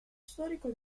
storico